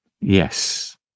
Yes